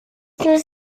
muss